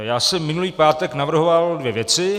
Já jsem minulý pátek navrhoval dvě věci.